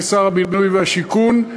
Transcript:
כשר הבינוי והשיכון,